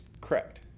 Correct